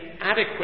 adequate